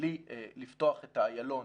בלי לפתוח את האיילון,